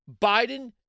Biden